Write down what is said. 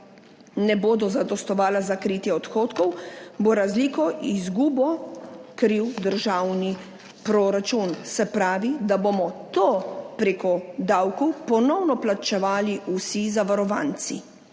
ne bodo zadostovala za kritje odhodkov, bo razliko, izgubo kril državni proračun, se pravi, da bomo to preko davkov ponovno plačevali vsi zavarovanci.